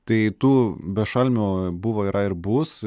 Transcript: tai tų bešalmių buvo yra ir bus